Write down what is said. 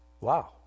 Wow